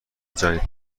جنگ